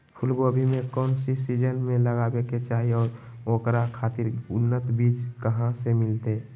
फूलगोभी कौन सीजन में लगावे के चाही और ओकरा खातिर उन्नत बिज कहा से मिलते?